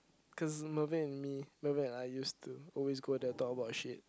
cause Mervin and me Mervin and I used to always go there talk about shit